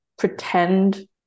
pretend